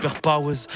superpowers